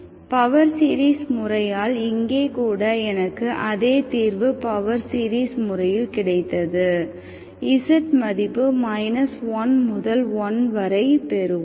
power series முறையால் இங்கே கூட எனக்கு அதே தீர்வு பவர் சீரிஸ் முறையில் கிடைத்தது z மதிப்பு 1 முதல் 1 வரை பெறுவோம்